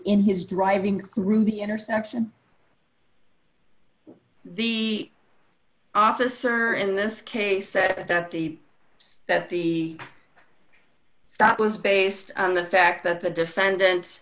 in his driving through the intersection the officer in this case said that the that the stop was based on the fact that the defendant